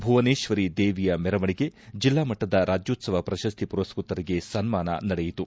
ಭುವನೇಶ್ವರಿ ದೇವಿಯ ಮೆರವಣಿಗೆ ಜಿಲ್ಲಾಮಟ್ಟದ ರಾಜ್ಯೋತ್ಸವ ಪ್ರಶಸ್ತಿ ಮರಸ್ವತರಿಗೆ ಸನ್ಮಾನ ನಡೆಯಿತು